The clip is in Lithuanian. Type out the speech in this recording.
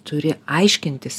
turi aiškintis